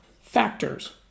factors